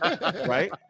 Right